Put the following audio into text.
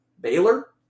Baylor